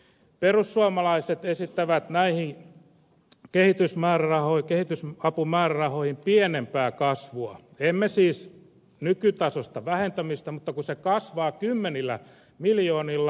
perussuomalaiset esittävät näihin kehitysapumäärärahoihin pienempää kasvua emme siis nykytasosta vähentämistä mutta se kasvaa kymmenillä miljoonilla